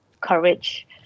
courage